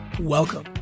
Welcome